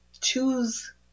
Choose